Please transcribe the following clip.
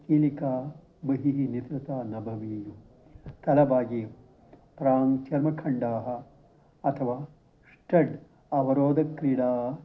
खेलिका बहिः निसृता न भवेयुः दलभागे प्राङ् चर्मखण्डाः अथवा अवरोधक्रीडा